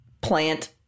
plant